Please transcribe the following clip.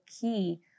key